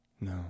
No